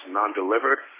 non-delivered